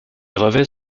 revêt